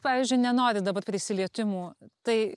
pavyzdžiui nenori dabar prisilietimų tai